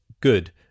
good